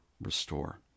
restore